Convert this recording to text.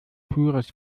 pures